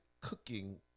cooking